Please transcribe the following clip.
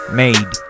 made